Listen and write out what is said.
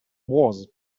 was